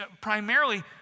primarily